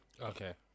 Okay